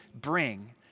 bring